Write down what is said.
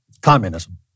Communism